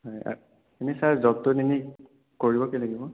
হয় এনেই ছাৰ জবটোত এনেই কৰিব কি লাগিব